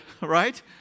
right